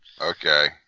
Okay